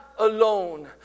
alone